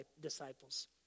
disciples